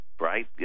right